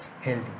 healthy